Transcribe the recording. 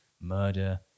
murder